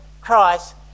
Christ